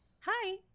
hi